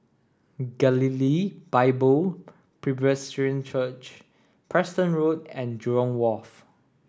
Galilee Bible Presbyterian Church Preston Road and Jurong Wharf